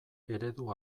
eredu